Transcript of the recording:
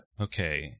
Okay